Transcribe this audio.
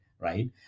right